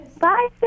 Bye